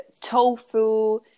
tofu